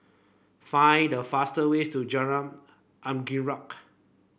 find the fastest way to Jalan Anggerek